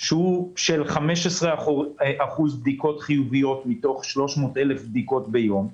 של 15% בדיקות חיוביות מתוך 300,000 בדיקות ביום,